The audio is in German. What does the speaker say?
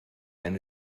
eine